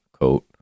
coat